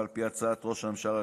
ועל פי הצעת ראש הממשלה,